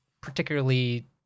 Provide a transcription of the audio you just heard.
particularly